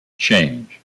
change